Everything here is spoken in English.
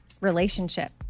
relationship